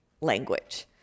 language